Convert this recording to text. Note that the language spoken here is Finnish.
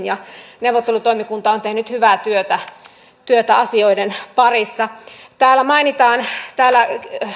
ja neuvottelutoimikunta on tehnyt hyvää työtä työtä asioiden parissa täällä